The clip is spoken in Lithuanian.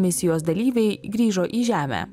misijos dalyviai grįžo į žemę